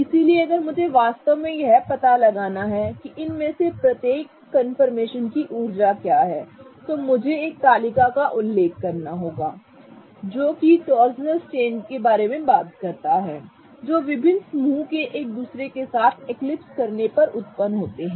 इसलिए अगर मुझे वास्तव में यह पता लगाना है कि इनमें से प्रत्येक कन्फर्मेशन की ऊर्जा क्या है तो मुझे एक तालिका का उल्लेख करना होगा जो कि टॉर्सनल स्ट्रेन के बारे में बात करता है जो विभिन्न समूह के एक दूसरे के साथ एक्लिप्स करने पर उत्पन्न होते हैं